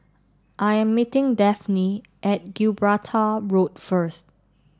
I am meeting Dafne at Gibraltar Road first